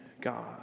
God